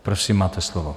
Prosím, máte slovo.